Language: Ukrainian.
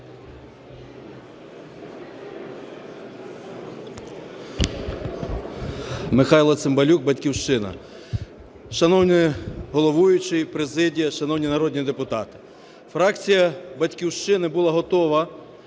Михайло Цимбалюк, "Батьківщина". Шановний головуючий, президія, шановні народні депутати, фракція "Батьківщина" була готова